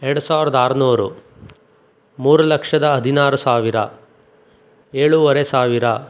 ಎರ್ಡು ಸಾವ್ರದ ಆರುನೂರು ಮೂರು ಲಕ್ಷದ ಹದಿನಾರು ಸಾವಿರ ಏಳುವರೆ ಸಾವಿರ